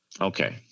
Okay